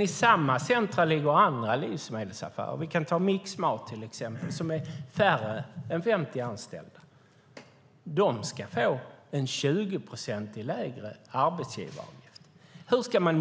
I samma centrum ligger andra livsmedelsaffärer - vi kan till exempel ta Mixmat - som har färre än 50 anställda. De ska få en arbetsgivaravgift som är 20 procent lägre. Hur ska man